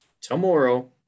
tomorrow